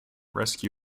rescue